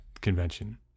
convention